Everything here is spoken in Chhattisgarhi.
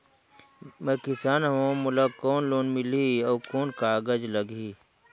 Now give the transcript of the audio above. मैं किसान हव मोला कौन लोन मिलही? अउ कौन कागज लगही?